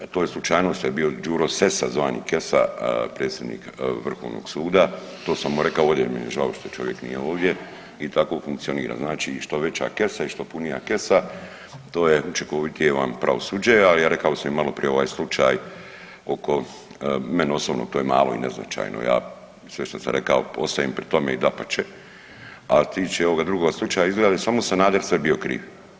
A to je slučajnost jer je bio Đuro Sesa zvani Kesa, predsjednik Vrhovni sud, to sam mu rekao ovdje ali mi je žao što čovjek nije ovdje i tako funkcionira, znači i što veća kesa i što punija kesa, to je učinkovitije vam pravosuđe ali rekao sam i maloprije ovaj slučaj oko mene osobno, to je malo i neznačajno, ja sve što sam rekao, ostajem pri tome i dapače, a što se tiče ovoga drugoga slučaja, izgleda da je samo Sanader sve bio kriv.